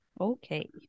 Okay